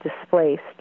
displaced